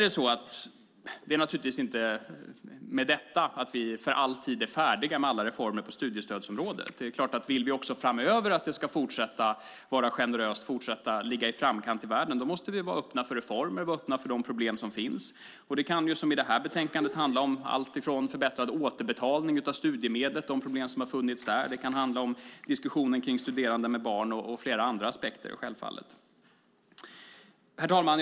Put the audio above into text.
Det är naturligtvis inte så att vi i och med detta för all tid är färdiga med alla reformer på studiestödsområdet. Det är klart att om vi vill att systemet ska fortsätta att vara generöst och att vi ska fortsätta ligga i framkant i världen måste vi vara öppna för reformer och för de problem som finns. Det kan, som i detta betänkande, handla om förbättrade återbetalningsregler för studiemedlen där det har funnits problem, det kan handla om situationen för studerande med barn och flera andra aspekter. Herr talman!